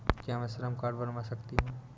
क्या मैं श्रम कार्ड बनवा सकती हूँ?